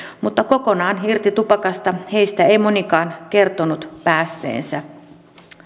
mutta kokonaan irti tupakasta heistä ei monikaan kertonut päässeensä